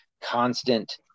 constant